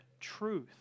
Truth